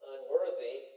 Unworthy